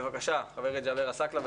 בבקשה, חבר הכנסת ג'אבר עסאקלה.